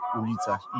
ulicach